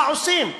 מה עושים?